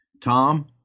Tom